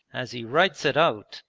as he writes it out,